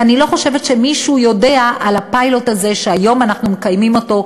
כי אני לא חושבת שמישהו יודע על הפיילוט הזה שאנחנו מקיימים היום,